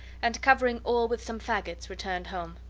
and, covering all with some fagots, returned home.